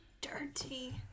dirty